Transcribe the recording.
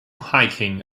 hiking